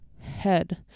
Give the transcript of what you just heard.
head